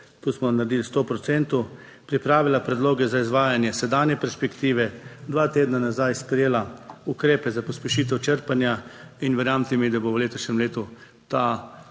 tu smo naredili 100 procentov, pripravila predloge za izvajanje sedanje perspektive, dva tedna nazaj sprejela ukrepe za pospešitev črpanja. In verjemite mi, da bo v letošnjem letu to